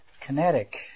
kinetic